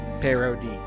Parody